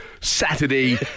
Saturday